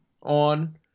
on